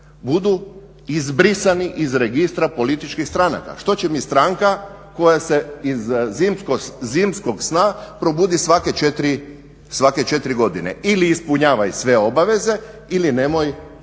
budu izbrisani iz registra političkih stranaka. Što će mi stranka koja se iz zimskog sna probudi svake 4 godine. ili ispunjavaj sve obaveze ili nemoj postojati.